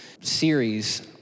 series